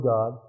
God